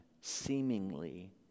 seemingly